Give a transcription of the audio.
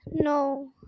No